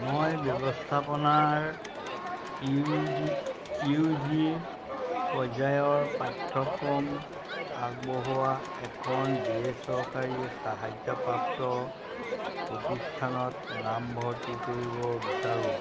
মই ব্যৱস্থাপনাৰ U D U G পৰ্যায়ৰ পাঠ্যক্ৰম আগবঢ়োৱা এখন বেচৰকাৰী সাহায্যপ্ৰাপ্ত প্ৰতিষ্ঠানত নামভৰ্তি কৰিব বিচাৰোঁ